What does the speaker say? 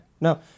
No